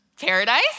Paradise